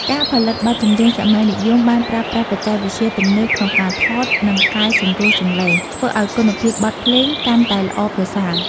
ការផលិតបទចម្រៀងសម័យនិយមបានប្រើប្រាស់បច្ចេកវិទ្យាទំនើបក្នុងការថត និងកែសម្រួលសំឡេង ធ្វើឱ្យគុណភាពបទភ្លេងកាន់តែល្អប្រសើរ។